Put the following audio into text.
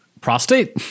Prostate